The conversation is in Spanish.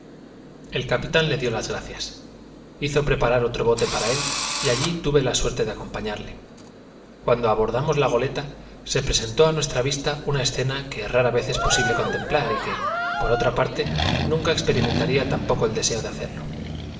el capitán le dió las gracias hizo preparar otro bote para él y allí tuve la suerte de acompañarle cuando abordamos la goleta se presentó a nuestra vista una escena que rara vez es posible contemplar y que por otra parte nunca se experimentaría tampoco el deseo de hacerlo